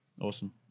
Awesome